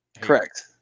correct